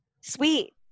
sweet